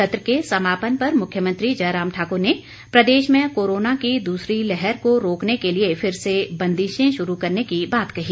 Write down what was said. सत्र के समापन पर मुख्यमंत्री जयराम ठाकुर ने प्रदेश में कोरोना की दूसरी लहर को रोकने के लिए फिर से बंदिशें शुरू करने की बात कही